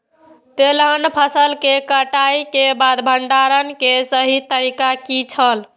तेलहन फसल के कटाई के बाद भंडारण के सही तरीका की छल?